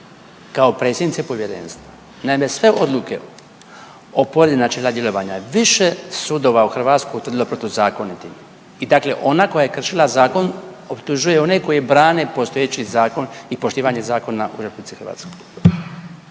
kao predsjednice povjerenstva. Naime sve odluke o povredi načela djelovanja više sudova u Hrvatskoj utvrdilo protuzakonito, i dakle tako ona koja je kršila zakon optužuje one koji brane postojeći zakon i poštovanje zakona u RH.